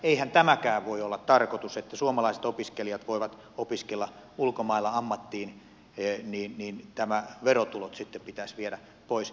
eihän tämäkään voi olla tarkoitus että kun suomalaiset opiskelijat voivat opiskella ulkomailla ammattiin niin nämä verotulot sitten pitäisi viedä pois